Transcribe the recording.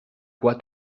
quoi